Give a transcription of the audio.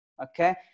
Okay